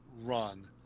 run